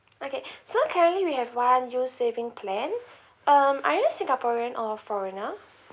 okay so currently we have one loose saving plan um are you singaporean or foreigner